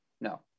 No